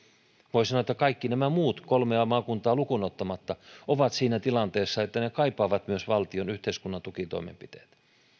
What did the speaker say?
voi sanoa että kaikki nämä muut kolmea maakuntaa lukuun ottamatta ovat siinä tilanteessa että ne ne kaipaavat myös valtion yhteiskunnan tukitoimenpiteitä